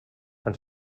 ein